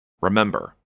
Remember